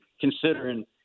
considering